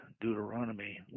Deuteronomy